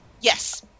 Yes